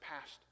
past